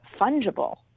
fungible